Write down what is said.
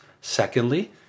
Secondly